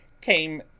came